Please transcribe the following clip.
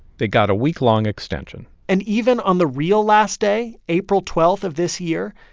they got a week-long extension and even on the real last day, april twelve of this year,